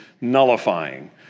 nullifying